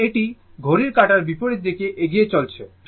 তো এটি ঘড়ির কাঁটার বিপরীত দিকে এগিয়ে চলেছে